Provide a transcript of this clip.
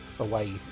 Away